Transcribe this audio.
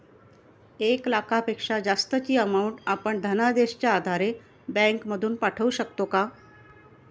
एक लाखापेक्षा जास्तची अमाउंट आपण धनादेशच्या आधारे बँक मधून पाठवू शकतो का?